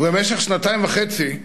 ובמשך שנתיים וחצי,